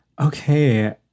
Okay